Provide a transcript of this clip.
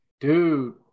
dude